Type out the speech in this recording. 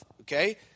Okay